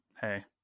hey